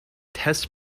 test